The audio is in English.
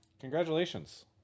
Congratulations